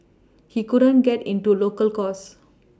he couldn't get into local course